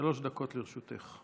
שלוש דקות לרשותך.